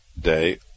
day